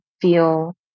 feel